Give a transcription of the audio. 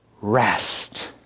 rest